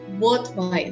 worthwhile